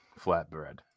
flatbread